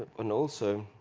and also,